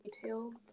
detailed